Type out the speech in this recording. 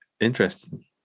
interesting